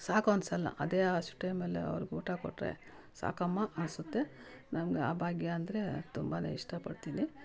ಸಾಕು ಅನಿಸಲ್ಲ ಅದೇ ಹಸಿವು ಟೈಮಲ್ಲಿ ಅವ್ರಿಗೆ ಊಟ ಕೊಟ್ಟರೆ ಸಾಕಮ್ಮ ಅನಿಸುತ್ತೆ ನಮ್ಗೆ ಆ ಭಾಗ್ಯ ಅಂದರೆ ತುಂಬಾ ಇಷ್ಟಪಡ್ತೀನಿ